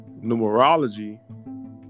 numerology